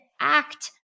act